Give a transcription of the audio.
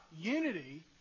unity